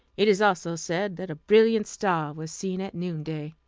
it is also said that a brilliant star was seen at noon-day.